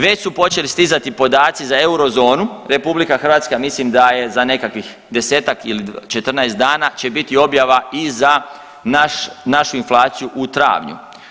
Već su počeli stizati podaci za eurozonu, RH mislim da je za nekakvih 10-tak ili 14 dana će biti objava i za naš, našu inflaciju u travnju.